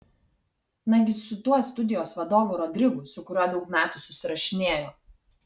nagi su tuo studijos vadovu rodrigu su kuriuo daug metų susirašinėjo